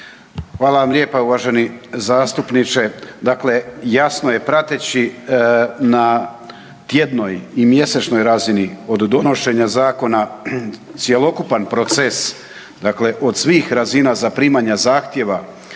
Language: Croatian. Hvala vam lijepa, uvaženi zastupniče. Dakle, jasno je, prateći na tjednoj i mjesečnoj razini od donošenja zakona, cjelokupan proces, dakle od svih razina za primanja zahtjeva,